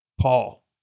Paul